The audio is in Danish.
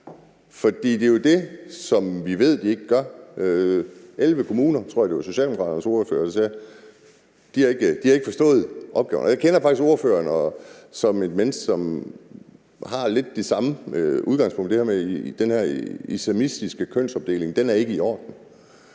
Det er jo det, som vi ved de ikke gør. 11 kommuner – jeg tror, det var Socialdemokraternes ordfører, der sagde det – har ikke forstået opgaven. Jeg kender faktisk ordføreren som et menneske, som har lidt det samme udgangspunkt, nemlig at den her islamistiske kønsopdeling ikke er i orden.